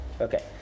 Okay